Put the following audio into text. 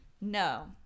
No